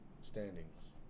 Standings